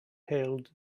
hailed